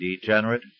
degenerate